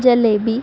jalebi